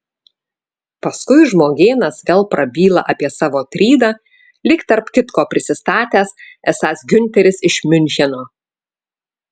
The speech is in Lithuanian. paskui žmogėnas vėl prabyla apie savo trydą lyg tarp kitko prisistatęs esąs giunteris iš miuncheno